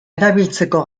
erabiltzeko